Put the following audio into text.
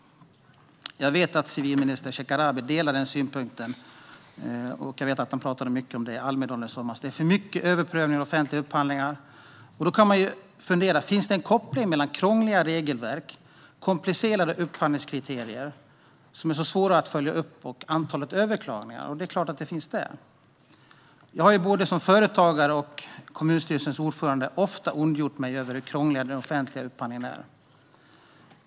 Jag vet att civilminister Shekarabi håller med om synpunkten att det är för många överprövningar av offentliga upphandlingar - han talade mycket om det i Almedalen i somras. Finns det en koppling mellan krångliga regelverk, komplicerade upphandlingskriterier som är svåra att följa upp och antalet överklaganden? Ja, det är klart att det finns. Jag har som både företagare och kommunstyrelseordförande ofta ondgjort mig över hur krånglig den offentliga upphandlingen är.